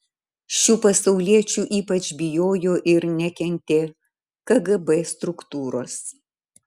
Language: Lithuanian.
šių pasauliečių ypač bijojo ir nekentė kgb struktūros